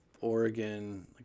Oregon